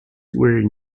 were